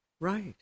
Right